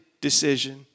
decision